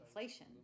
inflation